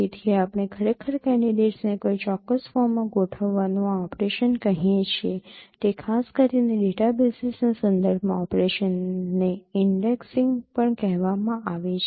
તેથી આપણે ખરેખર કેન્ડિડેટ્સને કોઈ ચોક્કસ ફોર્મમાં ગોઠવવાનું આ ઓપરેશન કહીએ છીએ તે ખાસ કરીને ડેટાબેસીસના સંદર્ભમાં ઓપરેશનને ઈન્ડેક્સીંગ પણ કહેવામાં આવે છે